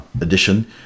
edition